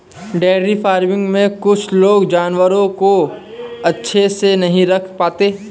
dairy farming में कुछ लोग जानवरों को अच्छे से नहीं रख पाते